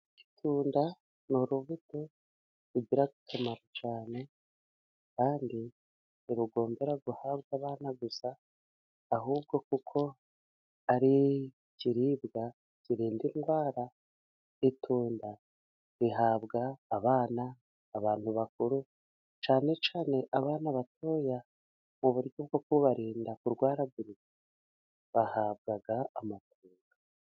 Itunda ni urubuto rugira akamaro cyane, kandi ntirugombera guhabwa abana gusa, ahubwo kuko ari ikiribwa kirinda indwara, itunda rihabwa abana, abantu bakuru, cyane cyane abana batoya, mu buryo bwo kubarinda kurwaragurika bahabwa amatunda.